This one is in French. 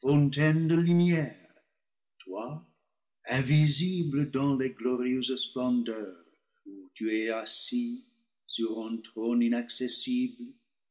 lumière toi invisible dans les glorieuses splendeurs où tu es assis sur un trône inaccessible